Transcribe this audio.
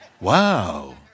wow